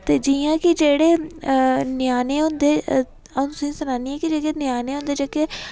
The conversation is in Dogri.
ते जि'यां की जेह्ड़े ञ्यानें होंदे अं'ऊ तु'सेंगी सनान्नी आं की जेह्ड़े ञ्यानें होंदे जेह्के